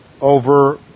over